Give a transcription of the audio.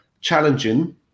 challenging